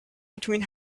between